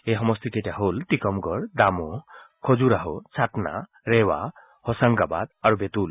এই সমষ্টি কেইটা হল টিকামগড় দামোহ খাজুৰাহ ছাটনা ৰেওৱা হোচাংগাবাদ আৰু বেটুল